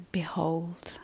behold